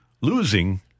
Losing